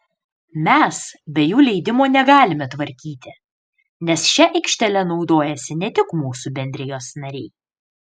mes be jų leidimo negalime tvarkyti nes šia aikštele naudojasi ne tik mūsų bendrijos nariai